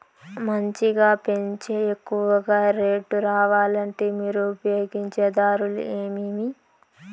మంచిగా పెంచే ఎక్కువగా రేటు రావాలంటే మీరు ఉపయోగించే దారులు ఎమిమీ?